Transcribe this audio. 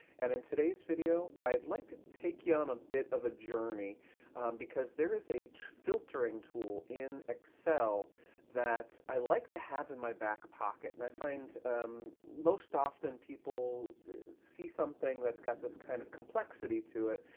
and in today's video, i'd like to take you on a bit of journey because there is a filtering tool in excel that i like to have in my back pocket. and i find most often people see something that's got this kind of complexity to it,